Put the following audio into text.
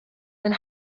then